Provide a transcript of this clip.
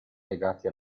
legati